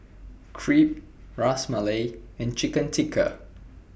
Crepe Ras Malai and Chicken Tikka